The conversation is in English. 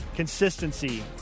Consistency